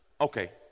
Okay